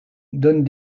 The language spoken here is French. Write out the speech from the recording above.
donne